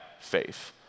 faith